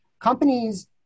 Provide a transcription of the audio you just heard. companies